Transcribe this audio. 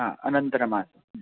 हा अनन्तरम् आस